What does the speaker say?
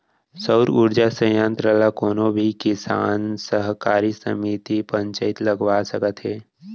सउर उरजा संयत्र ल कोनो भी किसान, सहकारी समिति, पंचईत लगवा सकत हे